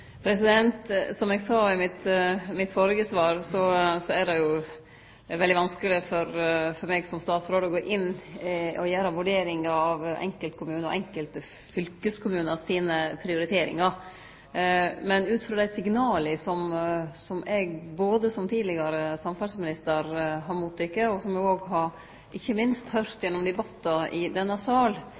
Som eg sa i mitt førre svar, er det veldig vanskeleg for meg som statsråd å gå inn og gjere vurderingar av prioriteringane til enkeltkommunar og enkelte fylkeskommunar. Men ut frå dei signala som eg har motteke som tidlegare samferdsleminister, og som eg òg, ikkje minst, har høyrt i debattar i denne sal,